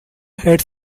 had